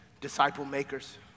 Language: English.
disciple-makers